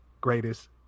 greatest